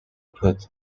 put